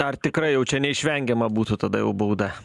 ar tikrai jau čia neišvengiama būtų tada jau bauda